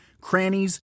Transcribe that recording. crannies